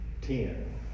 ten